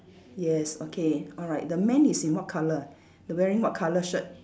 yes okay alright the man is in what colour the wearing what colour shirt